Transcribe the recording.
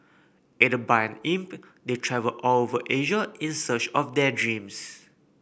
aided by imp they travel all over Asia in search of their dreams